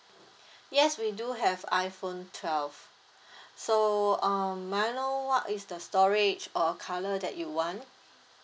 yes we do have iPhone twelve so um may I know what is the storage or colour that you want